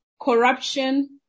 corruption